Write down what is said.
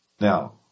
Now